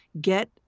Get